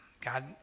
God